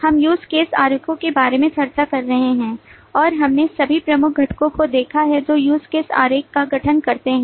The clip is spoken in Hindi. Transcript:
हम USE CASE आरेखों के बारे में चर्चा कर रहे हैं और हमने सभी प्रमुख घटकों को देखा है जो use case आरेख का गठन करते हैं